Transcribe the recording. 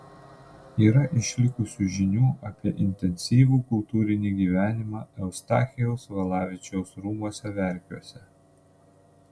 yra išlikusių žinių apie intensyvų kultūrinį gyvenimą eustachijaus valavičiaus rūmuose verkiuose